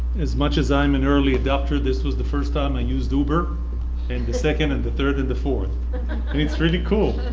as much as i'm an early adapter this was the first time i used uber and the second and the third and the fourth. and it's really cool.